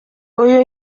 uyu